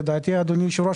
לדעתי אדוני יושב הראש,